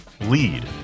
lead